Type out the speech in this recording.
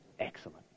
Excellent